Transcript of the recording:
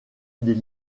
des